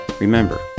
Remember